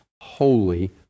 holy